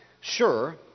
sure